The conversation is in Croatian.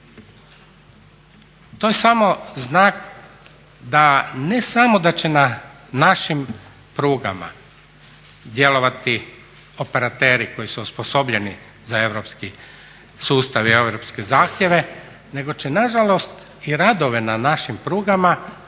To je samo znak da ne samo da će na našim prugama djelovati operateri koji su osposobljeni za europski sustav i europske zahtjeve nego će nažalost i radove na našim prugama obavljati